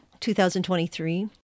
2023